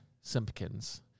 Simpkins